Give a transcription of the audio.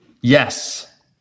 Yes